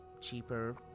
cheaper